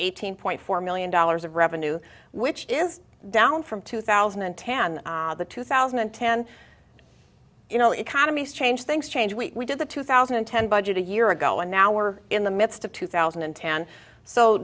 eighteen point four million dollars of revenue which is down from two thousand and ten the two thousand and ten you know economies change things change we did the two thousand and ten budget a year ago and now we're in the midst of two thousand and ten so